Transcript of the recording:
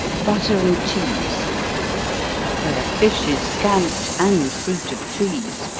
butter and cheese where fish is scant and fruit of trees,